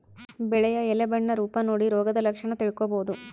ಬೆಳೆಯ ಎಲೆ ಬಣ್ಣ ರೂಪ ನೋಡಿ ರೋಗದ ಲಕ್ಷಣ ತಿಳ್ಕೋಬೋದು